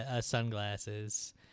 sunglasses